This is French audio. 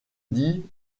dit